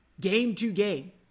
game-to-game